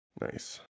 Nice